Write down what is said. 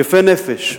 יפה נפש,